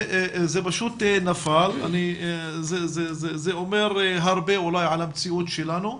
זה פשוט נפל, זה אומר הרבה אולי על המציאות שלנו,